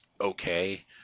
okay